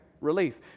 relief